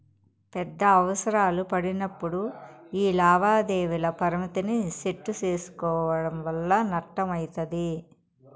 పెద్ద అవసరాలు పడినప్పుడు యీ లావాదేవీల పరిమితిని సెట్టు సేసుకోవడం వల్ల నష్టమయితది